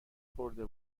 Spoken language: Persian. خورده